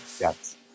Yes